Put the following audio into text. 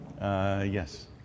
Yes